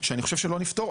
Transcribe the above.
שאני חושב שאנחנו לא נפתור.